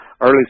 early